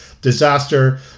disaster